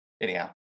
Anyhow